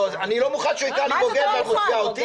אני לא מוכן שהוא יקרא לי בוגד ואת מוציאה אותי?